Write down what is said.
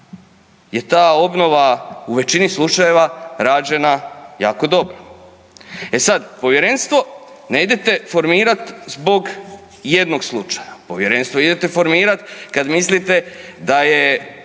je ta obnova u većini slučajeva rađena jako dobro. E sad povjerenstvo ne idete formirat zbog jednog slučaja, povjerenstvo idete formirat kad mislite da je